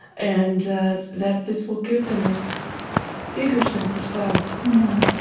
and that this will give them this bigger sense of self yeah.